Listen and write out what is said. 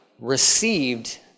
received